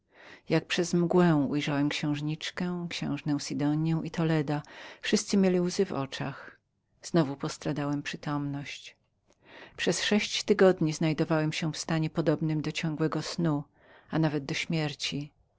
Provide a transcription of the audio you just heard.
jak przezemgłę ujrzałem księżniczkę księżnę sidonię i toledo wszyscy mieli łzy w oczach znowu postradałem przytomność przez sześć tygodni znajdowałem się w stanie podobnym do ciągłego snu a nawet do śmierci